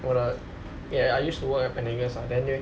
我的 ya I used to work at pen~